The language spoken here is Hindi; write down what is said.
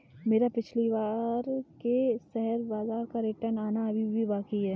मेरा पिछली बार के शेयर बाजार का रिटर्न आना अभी भी बाकी है